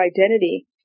identity